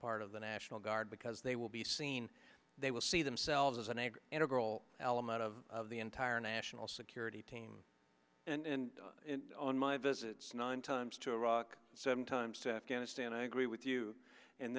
part of the national guard because they will be seen they will see themselves as an egg integral element of the entire national security team and on my visits nine times to iraq sometimes to afghanistan i agree with you and